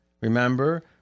Remember